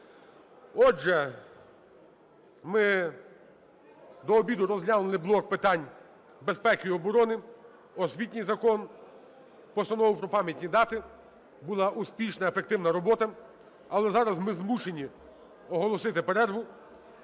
Отже, ми до обіду розглянули блок питань безпеки і оборони, освітній закон, Постанову про пам'ятні дати. Була успішна, ефективна робота. Але зараз ми змушені оголосити перерву.